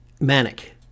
manic